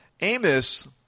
Amos